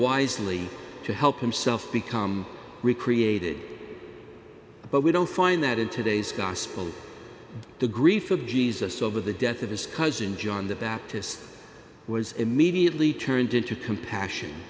wisely to help himself become recreated but we don't find that in today's gospels the grief of jesus over the death of his cousin john the baptist was immediately turned into compassion